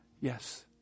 Yes